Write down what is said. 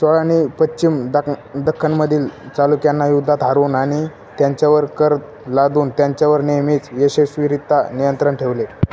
चोळांनी पश्चिम दख दख्खनमधील चालुक्यांना युद्धात हरवून आणि त्यांच्यावर कर लादून त्यांच्यावर नेहमीच यशस्वीरित्या नियंत्रण ठेवले